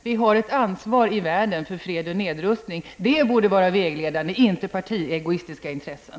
Vi har ett ansvar i världen för fred och nedrustning, och det borde vara vägledande, inte partiegoistiska intressen.